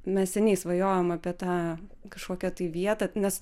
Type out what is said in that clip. mes seniai svajojom apie tą kažkokią tai vietą nes